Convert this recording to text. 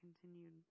continued